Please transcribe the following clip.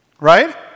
right